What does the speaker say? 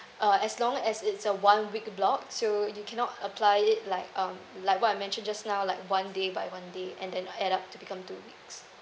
uh as long as it's a one week block so you cannot apply it like um like what I mention just now like one day by one day and then uh add up to become two weeks